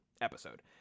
episode